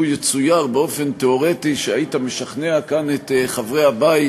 לו יצויר באופן תיאורטי שהיית משכנע כאן את חברי הבית